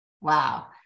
wow